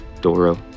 Doro